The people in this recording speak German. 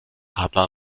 adler